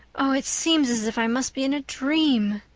oh, it seems as if i must be in a dream.